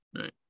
Right